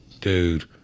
dude